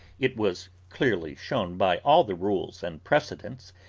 it was clearly shown by all the rules and precedents,